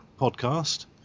podcast